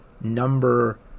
number